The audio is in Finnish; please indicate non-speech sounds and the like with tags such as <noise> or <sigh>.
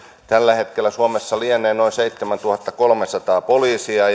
tällä hetkellä suomessa lienee noin seitsemäntuhattakolmesataa poliisia <unintelligible>